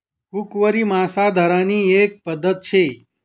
हुकवरी मासा धरानी एक पध्दत शे